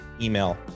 email